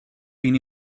been